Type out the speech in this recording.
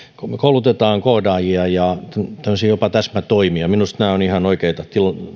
me koulutamme koodaajia ja toteutamme jopa tämmöisiä täsmätoimia minusta nämä ovat ihan oikeita